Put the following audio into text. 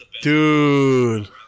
Dude